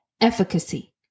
efficacy